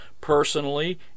personally